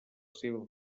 seva